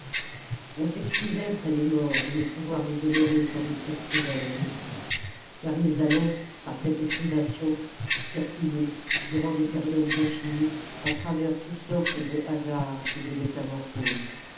on s'excusait près des morts de ne pouvoir les honorer comme le prescrivaient les rites car ils allaient par cette privation circuler durant des périodes infinies à travers toutes sortes de hasards et de métamorphoses